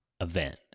event